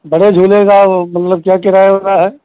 बड़े झूले का मतलब क्या किराया उराया है